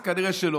אז כנראה שלא,